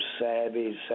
savvy